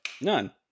none